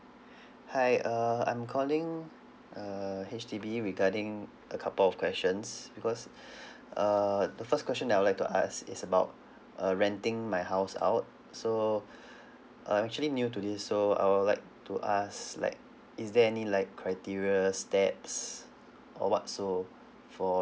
hi uh I'm calling err H_D_B regarding a couple of questions because uh the first question that I'd like to ask is about uh renting my house out so I'm actually new to this so I'd like to ask like is there any like criteria steps or what so for